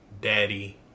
daddy